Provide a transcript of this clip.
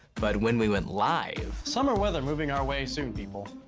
but when we went live. summer weather moving our way soon, people.